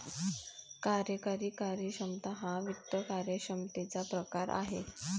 कार्यकारी कार्यक्षमता हा वित्त कार्यक्षमतेचा प्रकार आहे